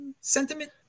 sentiment